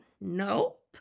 nope